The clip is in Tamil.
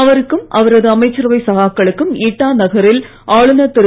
அவருக்கும் அவரது அமைச்சரவை சகாக்களுக்கும் இட்டா நகரில் ஆளுநர் திரு